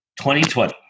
2020